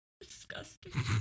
Disgusting